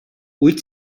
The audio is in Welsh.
wyt